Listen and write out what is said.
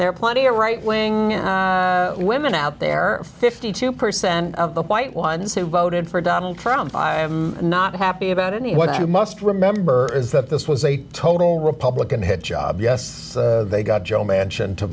there are plenty of right wing women out there fifty two percent of the white ones who voted for donald trump i am not happy about any what you must remember is that this was a total republican hit job yes they got joe mansion to